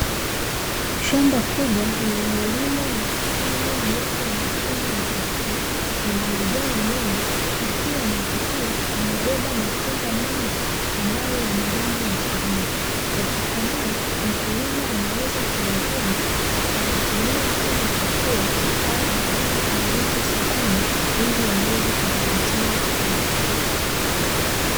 Shamba kubwa lililolimwa na kupandwa miche ya matunda ya papai, lina majani mengi na pia miti hiyo imebeba matunda mengi ambayo yana rangi ya kijani. Yakikomaa mkulima anaweza kuyavuna na kutumia kama chakula au akaenda kuyauza sokoni ili aweze kujipatia kipato.